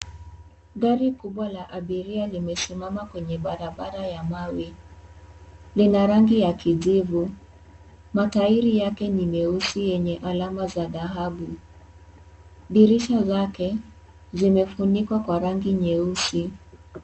Gari kubwa la abiria limesimama kwenye barabara ya mawe, lina rangi ya kijivu. Matairi yake ni meusi yenye alama za dhahabu. Dirisha zake zimefunikwa kwa rangi nyeusi.